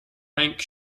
bank